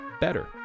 better